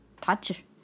touch